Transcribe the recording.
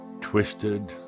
twisted